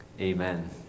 Amen